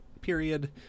period